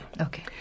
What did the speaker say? okay